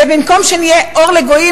ובמקום שנהיה אור לגויים,